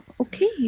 okay